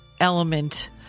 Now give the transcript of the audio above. element